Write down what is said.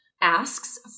asks